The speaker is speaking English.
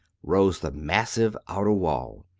rose the massive outer wall,